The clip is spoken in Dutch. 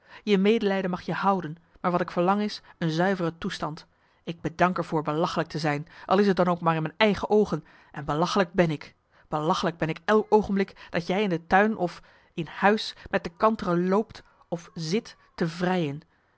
je medelijden mag je houden maar wat ik verlang is een zuivere toestand ik bedank er voor belachelijk te zijn al is t dan ook maar in mijn eigen oogen en belachelijk ben ik belachelijk ben ik elk oogenblik dat jij in de tuin of in huis marcellus emants een nagelaten bekentenis met de kantere loopt of zit te vrijen